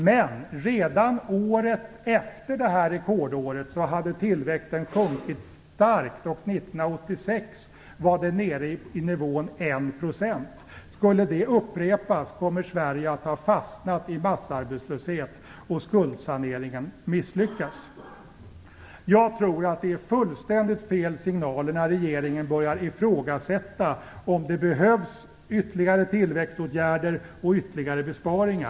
Men redan året efter rekordåret hade tillväxten sjunkit starkt, och 1986 var den nere på nivån 1 %. Skulle det upprepas kommer Sverige att ha fastnat i massarbetslöshet och skuldsaneringen kommer att misslyckas. Jag tror att det är fullständigt fel signaler när regeringen börjar ifrågasätta om det behövs ytterligare tillväxtåtgärder och ytterligare besparingar.